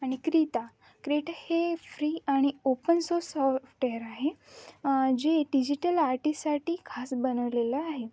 आणि Krita Krita हे free आणि ओपन सोस सॉफ्टवेअर आहे जे डिजिटल आर्टिस्टसाठी खास बनवलेलं आहे